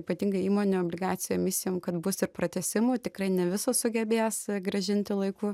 ypatingai įmonių obligacijų emisijom kad bus ir pratęsimų tikrai ne visos sugebės grąžinti laiku